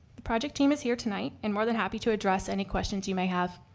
the project team is here tonight and more than happy to address any questions you may have.